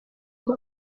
ngo